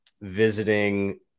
visiting